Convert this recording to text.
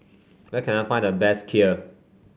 where can I find the best Kheer